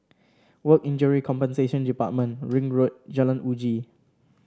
Work Injury Compensation Department Ring Road Jalan Uji